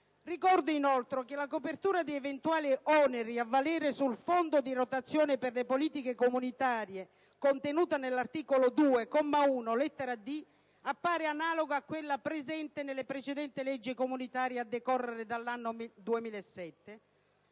Ricordo, inoltre, che la copertura di eventuali oneri a valere sul fondo di rotazione per le politiche comunitarie contenuto nell'articolo 2, comma 1, lettera *d)*, appare analoga a quella presente nelle precedenti leggi comunitarie a decorrere dall'anno 2007.